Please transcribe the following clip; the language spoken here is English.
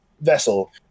vessel